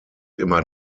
immer